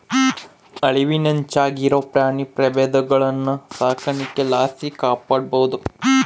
ಅಳಿವಿನಂಚಿನಾಗಿರೋ ಪ್ರಾಣಿ ಪ್ರಭೇದಗುಳ್ನ ಸಾಕಾಣಿಕೆ ಲಾಸಿ ಕಾಪಾಡ್ಬೋದು